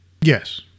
Yes